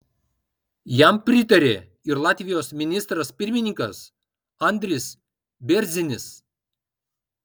jam pritarė ir latvijos ministras pirmininkas andris bėrzinis